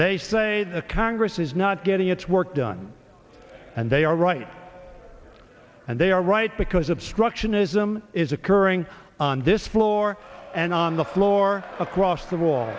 they say the congress is not getting its work done and they are right and they are right because obstructionism is occurring on this floor and on the floor across the wa